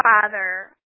father